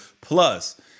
plus